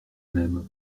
même